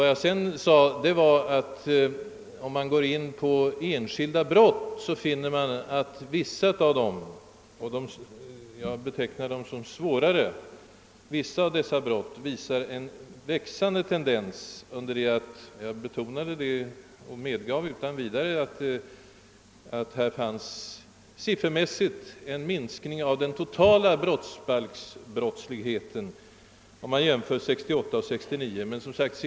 Vad jag sedan sade var att om man går in på enskilda brott, finner man att vissa av dem — jag betecknade dem som svårare — visar en tendens till ökning. Jag medgav däremot utan vidare att här finns en siffermässig minskning av den totala brottsbalksbrottsligheten, om man jämför åren 1968 och 1969.